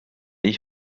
ich